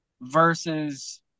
versus